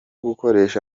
gukoresha